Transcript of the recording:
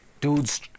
Dude's